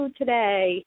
today